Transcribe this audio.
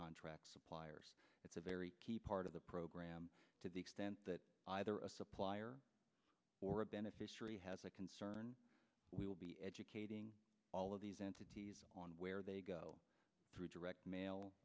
contract suppliers it's a very key part of the program to the extent that either a supplier or a beneficiary has a concern we will be educating all of these entities on where they go through direct ma